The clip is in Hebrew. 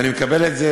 ואני מקבל את זה,